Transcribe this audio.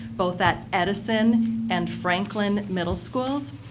both at edison and franklin middle schools.